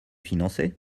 financé